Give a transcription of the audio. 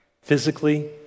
physically